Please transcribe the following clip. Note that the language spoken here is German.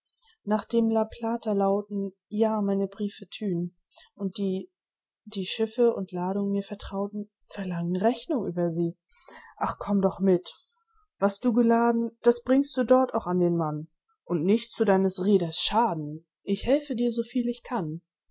la plata lauten ja meine briefe tyn und die die schiff und ladung mir vertrauten verlangen rechnung über sie ach komm doch mit was du geladen das bringst du dort auch an den mann und nicht zu deines rheders schaden ich helfe dir soviel ich kann